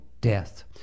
death